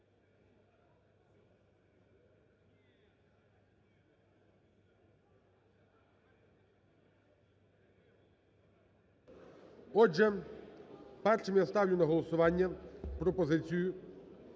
Отже, першим я ставлю на голосування пропозицію: